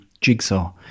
Jigsaw